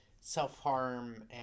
self-harm